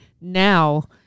now